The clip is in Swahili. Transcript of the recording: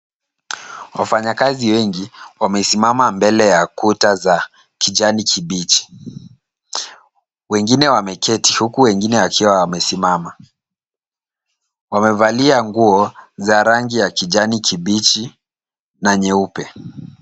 Wafanyakazi wengi wamesimama mbele ya kuta za kijani kibichi. Wengine wameketi huku wengine wakiwa wamesimama. Wamevalia nguo za rangi ya kijani kibichi na nyeupe.